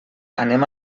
anem